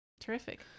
terrific